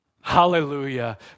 Hallelujah